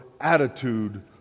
attitude